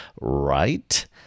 right